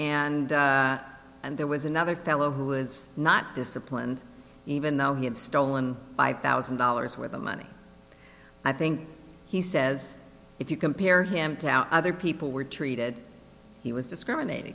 and and there was another fellow who was not disciplined even though he had stolen five thousand dollars with the money i think he says if you compare him to how other people were treated he was discriminated